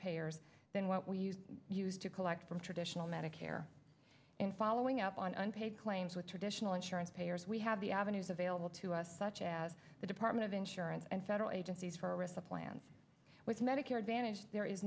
payers than what we used to collect from traditional medicare in following up on unpaid claims with traditional insurance payers we have the avenues available to us such as the department of insurance and federal agencies for issa plans with medicare advantage there is